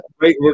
right